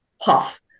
puff